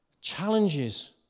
challenges